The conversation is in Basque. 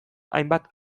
hainbat